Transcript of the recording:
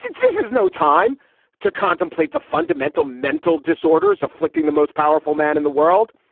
this is no time to contemplate the fundamental mental disorders afflicting the most powerful man in the world.